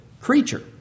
creature